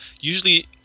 Usually